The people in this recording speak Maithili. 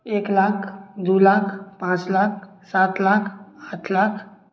एक लाख दू लाख पाँच लाख सात लाख आठ लाख